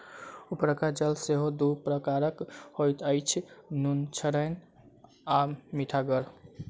उपरका जल सेहो दू प्रकारक होइत अछि, नुनछड़ैन आ मीठगर